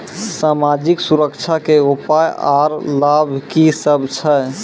समाजिक सुरक्षा के उपाय आर लाभ की सभ छै?